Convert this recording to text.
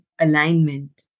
alignment